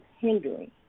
hindering